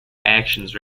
actions